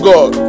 God